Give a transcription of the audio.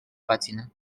pàgina